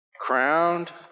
crowned